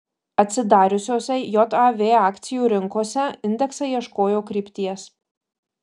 atsidariusiose jav akcijų rinkose indeksai ieškojo krypties